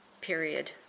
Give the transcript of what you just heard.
period